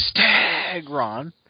Stagron